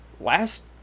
last